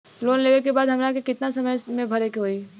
Loan लेवे के बाद हमरा के कितना समय मे भरे के होई?